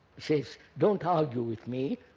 it says, don't argue with me,